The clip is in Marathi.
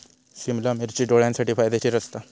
सिमला मिर्ची डोळ्यांसाठी फायदेशीर असता